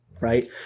right